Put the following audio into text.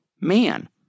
man